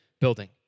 building